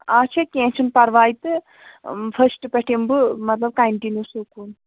اَچھا کیٚنٛہہ چھُنہٕ پَرواے تہٕ فٔسٹہٕ پٮ۪ٹھ یِمہٕ بہٕ مطلب کَنٹِنیوٗ سکوٗل